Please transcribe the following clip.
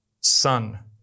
Son